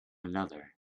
another